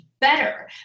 better